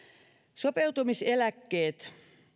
sopeutumiseläkkeet